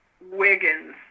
Wiggins